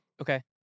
Okay